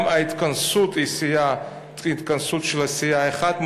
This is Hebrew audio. גם ההתכנסות של הסיעה היא אחת.